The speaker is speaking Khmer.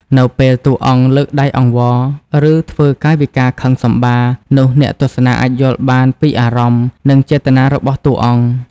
នៅពេលតួអង្គលើកដៃអង្វរ ឬធ្វើកាយវិការខឹងសម្បារ នោះអ្នកទស្សនាអាចយល់បានពីអារម្មណ៍ និងចេតនារបស់តួអង្គ។